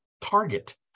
target